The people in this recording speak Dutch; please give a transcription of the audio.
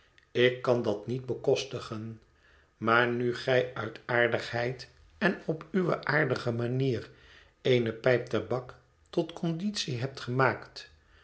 ik kan dat niet bekostigen maar nu gij uit aardigheid en op uwe aardige manier eene pijp tabak tot conditie hebt gemaakt